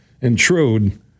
intrude